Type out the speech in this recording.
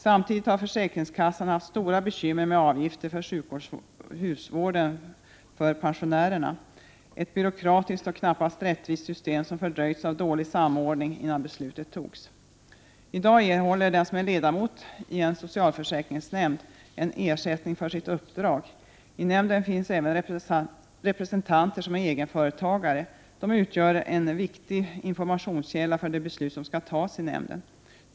Samtidigt har försäkringskassan haft stora bekymmer med avgifter för sjukhusvården för pensionärer — ett byråkratiskt och knappast rättvist system som fördröjts av dålig samordning innan beslutet togs. I dag erhåller den som är ledamot i en socialförsäkringsnämnd en ersättning för sitt uppdrag. I nämnderna finns även representanter som är egenföretagare. De utgör en viktig informationskälla för de beslut som skall tas i nämnden.